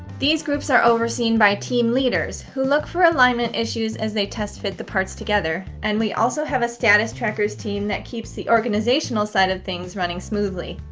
these groups are overseen by team leaders, who look for alignment issues as they test-fit the parts together, and we also have a status trackers team that keeps the organizational side of things running smoothly.